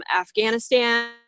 Afghanistan